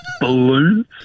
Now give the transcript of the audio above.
balloons